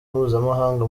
mpuzamahanga